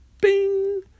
Bing